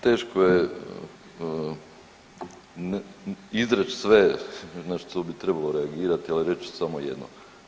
Teško je izreći sve na što bi trebalo reagirati, ali reći su samo jedno.